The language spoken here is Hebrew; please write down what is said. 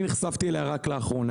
אני נחשפתי אליה רק לאחרונה.